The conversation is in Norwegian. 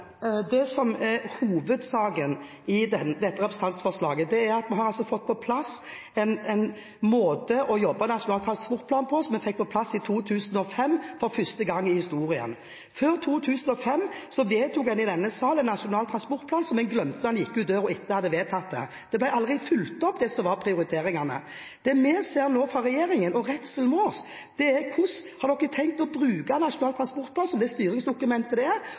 Det som er hovedsaken i dette representantforslaget, er at vi altså har fått på plass en måte å jobbe med Nasjonal transportplan på, som vi fikk på plass i 2005 – for første gang i historien. Før 2005 vedtok en i denne salen Nasjonal transportplan, som en glemte når en gikk ut døra etter å ha vedtatt det. Prioriteringene ble aldri fulgt opp. Det vi nå ser fra regjeringen – og redselen vår – er: Hvordan har dere tenkt å bruke Nasjonal transportplan som det styringsdokumentet det er,